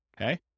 okay